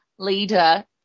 leader